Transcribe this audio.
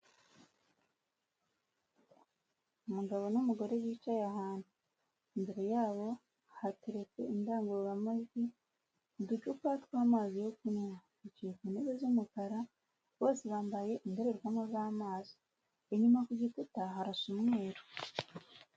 Umugabo n'umugore bicaye ahantu imbere yabo hateretse indangurura majwi uducupa tw'amazi yo kunywa bicaye ku ntebe z'umukara bose bambaye indorerwamo z'amaso inyuma ku gikuta harasa umweru.